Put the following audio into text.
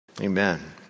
Amen